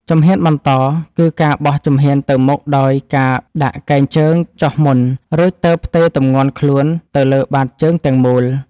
ជំហានបន្តគឺការបោះជំហានទៅមុខដោយការដាក់កែងជើងចុះមុន រួចទើបផ្ទេរទម្ងន់ខ្លួនទៅលើបាតជើងទាំងមូល។